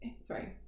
sorry